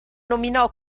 nominò